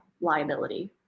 liability